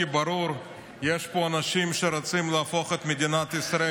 כי ברור שיש פה אנשים שרוצים להפוך את מדינת ישראל